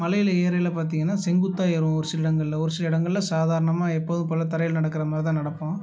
மலையில் ஏறயில பார்த்திங்கன்னா செங்குத்தாக ஏறுவோம் ஒரு சில இடங்களில் ஒரு சில இடங்களில் சாதாரணமாக எப்போதும் போல் தரையில் நடக்கிற மாதிரி தான் நடப்போம்